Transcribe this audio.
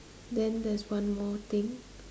then there's one more thing